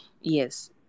yes